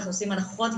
ואנחנו עושים הנחות,